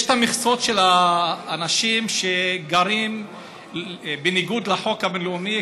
יש את המכסות של האנשים שגרים בניגוד לחוק הבין-לאומי,